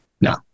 No